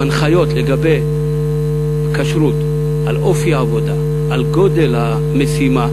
את ההנחיות לגבי כשרות, אופי העבודה, גודל המשימה,